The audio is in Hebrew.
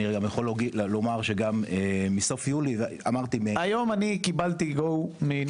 אני גם יכול לומר שמסוף יולי --- היום אני קיבלתי GO מנתיב,